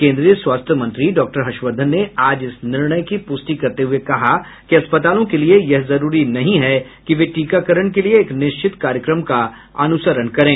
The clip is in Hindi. केंद्रीय स्वास्थ्य मंत्री डॉक्टर हर्षवर्धन ने आज इस निर्णय की पुष्टि करते हुए कहा कि अस्पतालों के लिए यह जरूरी नहीं है कि वे टीकाकरण के लिए एक निश्चित कार्यक्रम का अनुसरण करें